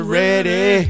ready